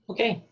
Okay